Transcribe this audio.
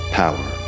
power